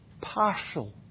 partial